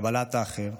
קבלת האחר,